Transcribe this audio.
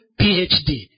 PhD